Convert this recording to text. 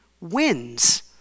wins